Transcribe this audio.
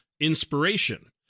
inspiration